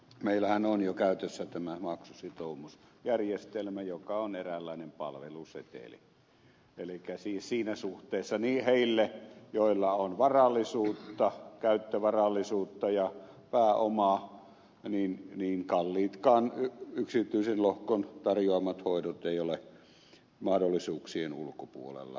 meillähän on jo käytössä tämä maksusitoumusjärjestelmä joka on eräänlainen palveluseteli elikkä siis siinä suhteessa niillä joilla on varallisuutta käyttövarallisuutta ja pääomaa kalliitkaan yksityisen lohkon tarjoamat hoidot eivät ole mahdollisuuksien ulkopuolella